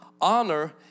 Honor